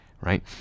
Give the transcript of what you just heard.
right